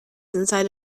inside